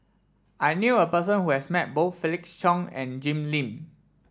I knew a person who has met both Felix Cheong and Jim Lim